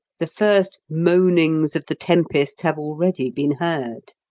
the first moanings of the tempest have already been heard.